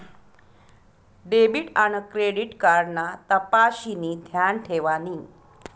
debit आन credit card ना तपशिनी ध्यान ठेवानी